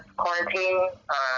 quarantine